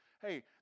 hey